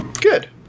Good